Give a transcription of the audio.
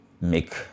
make